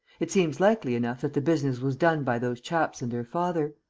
it seems likely enough that the business was done by those chaps and their father.